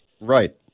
Right